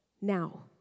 now